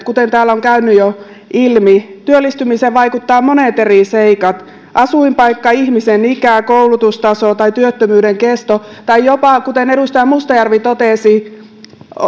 kuten täällä on jo käynyt ilmi työllistymiseen vaikuttavat monet eri seikat asuinpaikka ihmisen ikä koulutustaso tai työttömyyden kesto tai jopa kuten edustaja mustajärvi totesi